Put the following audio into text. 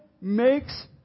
makes